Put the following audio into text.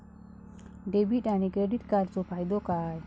Debit आणि credit कार्डचो फायदो काय?